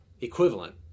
equivalent